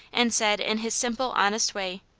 and said in his simple, honest way,